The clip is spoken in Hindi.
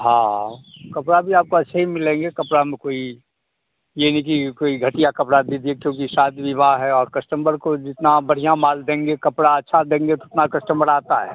हाँ कपड़े भी आपको अच्छे ही मिलेंगे कपड़ों में कोई यह निहीं कि कोई घटिया कपड़ा दे दिए क्योंकि शादी विवाह है और कस्टंबर को जितना आप बढ़िया माल देंगे कपड़ा अच्छा देंगे तो उतने कस्टमर आते हैं